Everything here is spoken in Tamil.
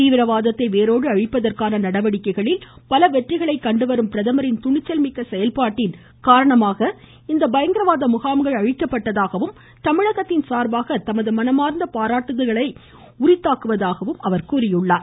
தீவிரவாதத்தை வேரோடு அழிப்பதற்கான நடவடிக்கைகளில் பல வெற்றிகளை கண்டு வரும் பிரதமரின் துணிச்சல் மிக்க செயல்பாட்டின் காரணமாக இந்த பயங்கரவாத முகாம்கள் அழிக்கப்பட்டதாகவும் தமிழகத்தின் சார்பாக தமது மனமா்ந்த பாராட்டுகளை உரித்தாக்குவதாகவும் அவர் கூறியுள்ளார்